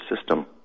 system